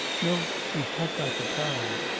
no, we have not the time.